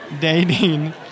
dating